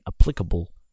applicable